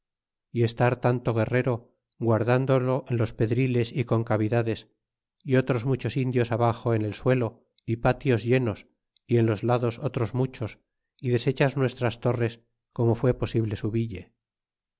y estar tanto guerrero guardándolo en los pedriles y concavidades y otros muchos indios abaxo en el suelo patios llenos y en los lados otros muchos y deshechas nuestras torres como fue posible subille